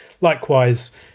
Likewise